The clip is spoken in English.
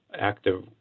active